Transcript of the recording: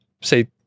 say